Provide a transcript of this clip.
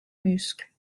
muscles